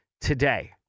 today